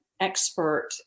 expert